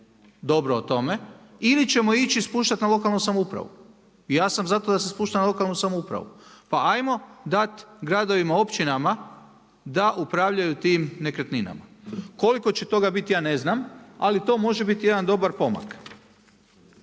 dobro o tome ili ćemo ići spuštati na lokalnu samoupravu. Ja sam zato da se spušta na lokalnu samoupravu. Pa ajmo dat, gradovima, općinama da upravljaju tim nekretninama. Koliko će toga biti ja ne znam, ali to može biti jedan dobar pomak.